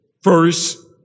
First